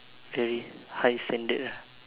very high standard ah